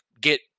get